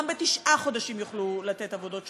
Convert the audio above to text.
גם בתשעה חודשים יוכלו לתת עבודות שירות.